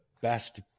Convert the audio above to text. best